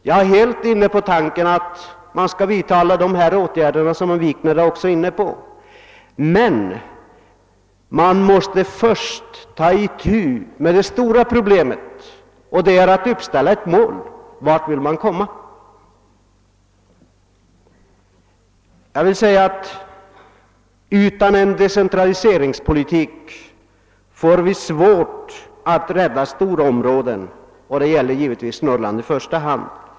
Jag håller helt med om att man bör vidta alla de åtgärder som herr Wikner förordade, men man måste först ta itu med den stora uppgiften att uppställa ett mål och ange vart man vill komma. Utan en decentraliseringspolitik får vi svårt att rädda stora områden, i första hand givetvis i Norrland.